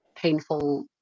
painful